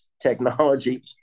technology